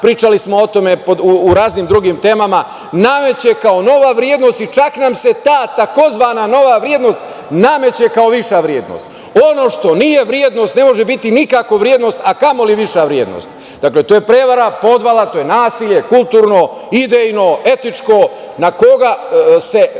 pričali smo o tome u raznim drugim temama, nameće kao nova vrednost i čak nam se ta tzv. nova vrednost nameće kao viša vrednost. Ono što nije vrednost ne može biti nikako vrednost, a kamoli viša vrednost. Dakle, to je prevara, podvala, to je nasilje kulturno, idejno, etičko. Onaj ko se